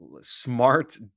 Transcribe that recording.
smart